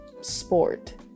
sport